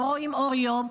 לא רואים אור יום,